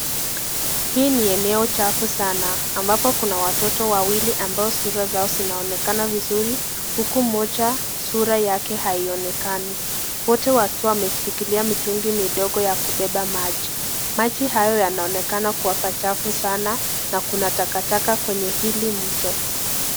Hii ni eneo chafu sana ambapo kuna watoto wawili ambao sura zao zinaonekana vizuri, huku mmoja sura yake haionekani. Wote wakiwa wameshikilia mitungi midogo ya kubeba maji. Maji hayo yanaonekana kuwa pachafu sana na kuna takataka kwenye hili mto.